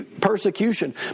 persecution